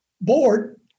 board